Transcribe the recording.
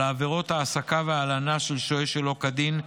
עבירות העסקה והלנה של שוהה שלא כדין,